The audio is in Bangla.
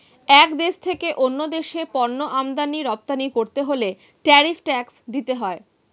এক দেশ থেকে অন্য দেশে পণ্য আমদানি রপ্তানি করতে হলে ট্যারিফ ট্যাক্স দিতে হয়